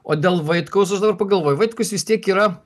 o dėl vaitkaus aš dabar pagalvojau vaitkus vis tiek yra